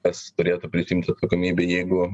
kas turėtų prisiimti atsakomybę jeigu